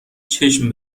چشم